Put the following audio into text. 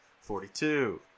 forty-two